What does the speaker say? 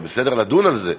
זה בסדר לדון על זה,